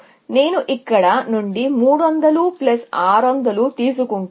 కాబట్టి నేను ఇక్కడ నుండి 300600 తీసుకుంటాను